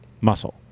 Muscle